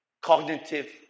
cognitive